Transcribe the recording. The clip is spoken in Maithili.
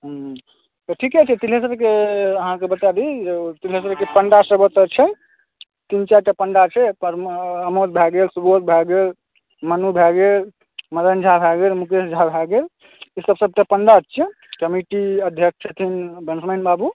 ठीके छै टिनेसरके अहाँकेॅं बता दी टिनेसरके पण्डासभ ओतय छै तीन चारिटा पण्डा छै अमर भए गेल सुबोध भए गेल मनु भए गेल मदन झा भए गेल मुकेश झा भए गेल ईसभ सभटा पण्डा छियै कमिटी अध्यक्ष छथिन बाबू